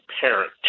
parent